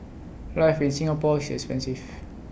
life in Singapore is expensive